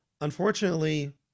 unfortunately